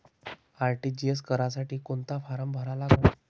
RTGS करासाठी कोंता form भरा लागन?